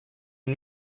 une